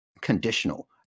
conditional